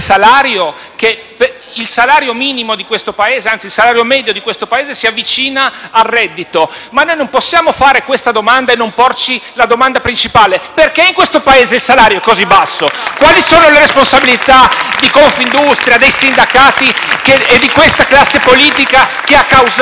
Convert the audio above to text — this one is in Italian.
il salario medio di questo Paese, si avvicina al reddito. Ma noi non possiamo fare questa domanda e non porci la domanda principale: perché in questo Paese il salario è così basso? Quali sono le responsabilità di Confindustria, dei sindacati e di questa classe politica, che ha prodotto